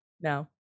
No